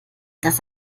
das